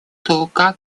как